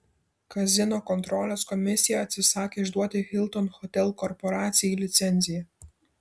kazino kontrolės komisija atsisakė išduoti hilton hotel korporacijai licenciją